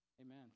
Amen